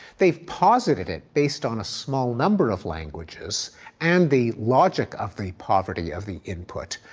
they've posited it based on a small number of languages and the logic of the poverty of the input,